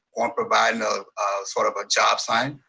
on providing ah sort of a job sign.